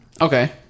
okay